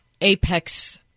apex